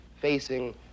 facing